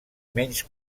menys